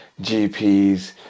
GPs